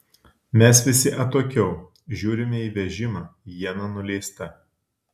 mes visi atokiau žiūrime į vežimą iena nuleista